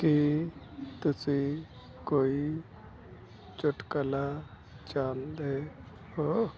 ਕੀ ਤੁਸੀਂ ਕੋਈ ਚੁਟਕਲਾ ਜਾਣਦੇ ਹੋ